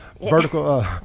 Vertical